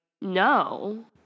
no